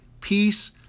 peace